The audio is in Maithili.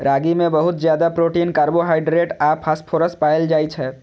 रागी मे बहुत ज्यादा प्रोटीन, कार्बोहाइड्रेट आ फास्फोरस पाएल जाइ छै